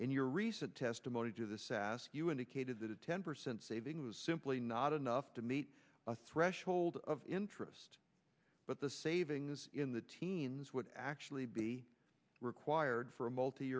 in your recent testimony to this ask you indicated that a ten percent savings was simply not enough to meet a threshold of interest but the savings in the teens would actually be required for a multi